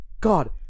god